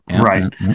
Right